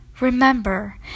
Remember